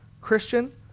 Christian